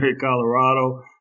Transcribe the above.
Colorado